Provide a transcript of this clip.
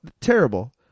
terrible